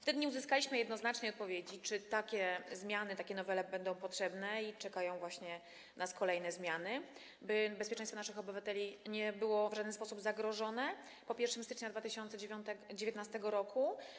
Wtedy nie uzyskaliśmy jednoznacznej odpowiedzi, czy takie zmiany, takie nowele będą potrzebne i czekają nas kolejne zmiany, by bezpieczeństwo naszych obywateli nie było w żaden sposób zagrożone, po 1 stycznia 2019 r.